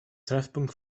treffpunkt